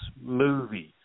movies